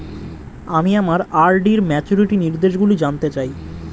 আমি আমার আর.ডি র ম্যাচুরিটি নির্দেশগুলি জানতে চাই